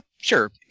sure